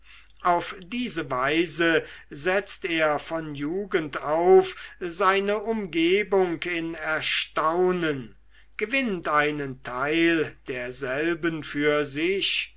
auf diese weise setzt er von jugend auf seine umgebung in erstaunen gewinnt einen teil derselben für sich